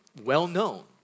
well-known